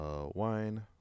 wine